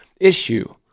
issue